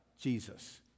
Jesus